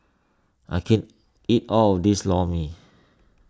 I can't eat all of this Lor Mee